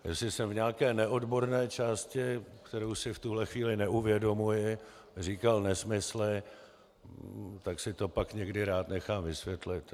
Jestli jsem v nějaké neodborné části, kterou si v tuhle chvíli neuvědomuji, říkal nesmysly, tak si to pak někdy rád nechám vysvětlit.